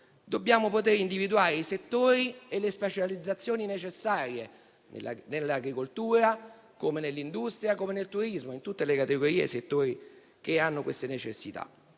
dobbiamo poter individuare i settori e le specializzazioni necessarie, nell'agricoltura, nell'industria, nel turismo e in tutte le categorie e i settori che hanno queste necessità.